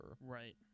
Right